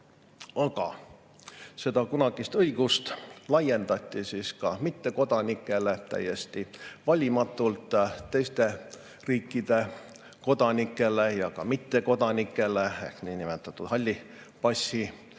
Aga seda kunagist õigust laiendati ka mittekodanikele täiesti valimatult, teiste riikide kodanikele ja mittekodanikele ehk niinimetatud hallipassimeestele.